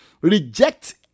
reject